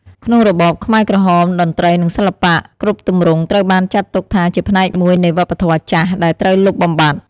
ក្នុងរបបខ្មែរក្រហម តន្ត្រី និងសិល្បៈគ្រប់ទម្រង់ត្រូវបានចាត់ទុកថាជាផ្នែកមួយនៃ វប្បធម៌ចាស់ ដែលត្រូវលុបបំបាត់។